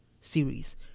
series